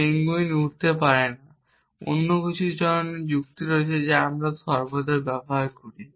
penguin উড়তে পারে না তাই অন্যান্য ধরণের যুক্তি রয়েছে যা আমরা সব সময় করি